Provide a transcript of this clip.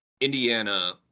Indiana